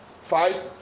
five